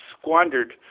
squandered